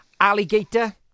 alligator